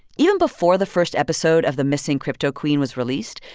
even before the first episode of the missing cryptoqueen was released,